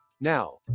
Now